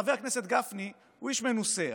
חבר הכנסת גפני הוא איש מנוסה,